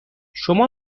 شما